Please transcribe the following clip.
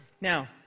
Now